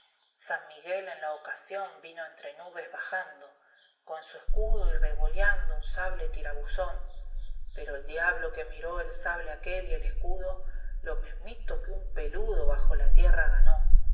san miguel en la ocasión vino entre nubes bajando con su escudo y rcvoliando un sable tirabuzón pero el diablo que miró el sable aquel y el escudo lo mesmito que un peludo bajo la tierra ganó